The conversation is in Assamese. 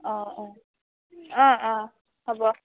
অঁ অঁ অঁ অঁ হ'ব